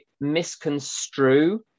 misconstrue